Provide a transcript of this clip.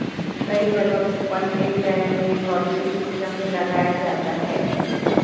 कई जगह कूपन के चयन में लॉटरी सिस्टम भी लगाया जाता है